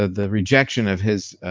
ah the rejection of his,